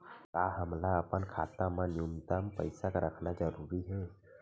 का हमला अपन खाता मा न्यूनतम पईसा रखना जरूरी हे?